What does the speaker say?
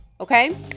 Okay